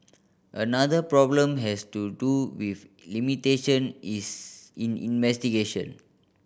another problem has to do with limitation is in investigation